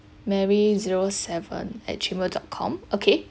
mary zero seven at gmail dot com okay